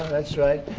that's right,